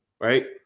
right